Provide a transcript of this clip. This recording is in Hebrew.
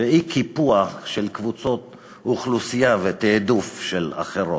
ו"אי-קיפוח" של קבוצות אוכלוסייה ותעדוף של אחרות.